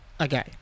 Okay